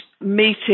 meeting